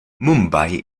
mumbai